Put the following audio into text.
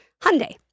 Hyundai